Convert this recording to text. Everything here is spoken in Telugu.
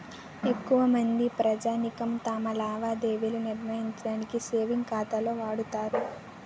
ఎక్కువమంది ప్రజానీకం తమ లావాదేవీ నిర్వహించడానికి సేవింగ్ ఖాతాను వాడుతారు